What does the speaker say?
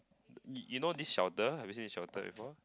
y~ you know this shelter have you seen this shelter before